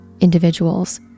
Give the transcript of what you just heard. individuals